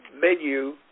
menu